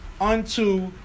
unto